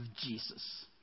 Jesus